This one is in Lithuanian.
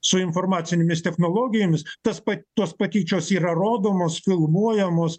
su informacinėmis technologijomis tas pat tos patyčios yra rodomos filmuojamos